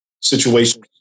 situation